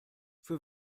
für